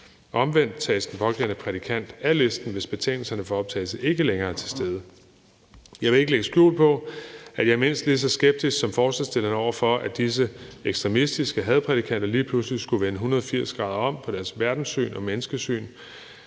Omvendt tages den pågældende prædikant af listen, hvis betingelserne for optagelse ikke længere er til stede. Jeg vil ikke lægge skjul på, at jeg er mindst lige så skeptisk som forslagsstillerne over for, at disse ekstremistiske hadprædikanter lige pludselig skulle vende 180 grader om på deres verdenssyn og menneskesyn.